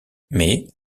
mais